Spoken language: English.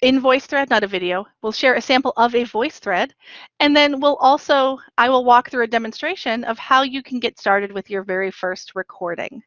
in voicethread not a video will share a sample of a voicethread, and then we'll also, i will walk through a demonstration of how you can get started with your very first recording.